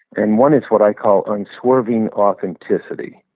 and one is what i call unswerving authenticity.